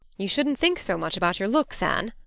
you shouldn't think so much about your looks, anne.